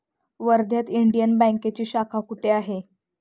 वर्ध्यात इंडियन बँकेची शाखा कुठे आहे?